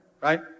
right